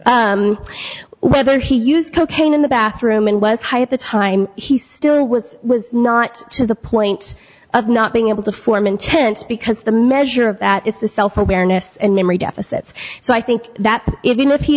high whether he used cocaine in the bathroom and was high at the time he still was was not to the point of not being able to form intense because the measure of that is the self awareness and memory deficits so i think that even if he